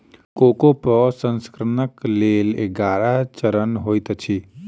cocoa प्रसंस्करणक लेल ग्यारह चरण होइत अछि